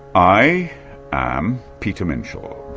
i am peter minshall,